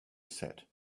said